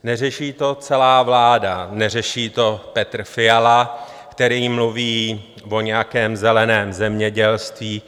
Neřeší to celá vláda, neřeší to Petr Fiala, který mluví o nějakém zeleném zemědělství.